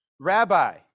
Rabbi